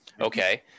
Okay